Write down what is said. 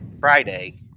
Friday